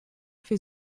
wir